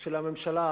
של הממשלה